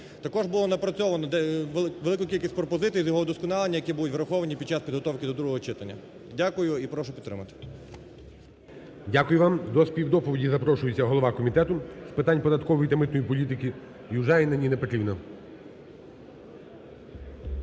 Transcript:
Також було напрацьовано велику кількість пропозицій з його удосконалення, які буду враховані під час підготовки до другого читання. Дякую. І прошу підтримати. ГОЛОВУЮЧИЙ. Дякую вам. До співдоповіді запрошується голова Комітету з питань податкової та митної політики Южаніна Ніна Петрівна.